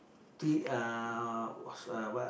three uh what's what